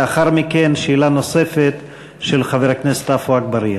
לאחר מכן, שאלה נוספת של חבר הכנסת עפו אגבאריה.